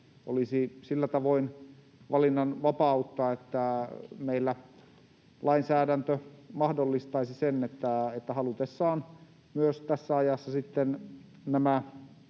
olisi sillä tavoin valinnan vapautta, että meillä lainsäädäntö mahdollistaisi sen, että haluttaessa myös tässä ajassa nämä